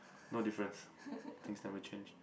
no difference things never change